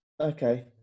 Okay